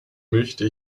möchte